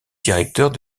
directeurs